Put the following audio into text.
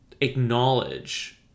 acknowledge